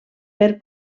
per